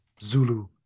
zulu